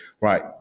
right